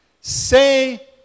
Say